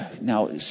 Now